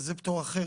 זה פטור אחר.